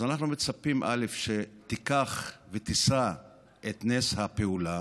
אז אנחנו מצפים שתיקח ותישא את נס הפעולה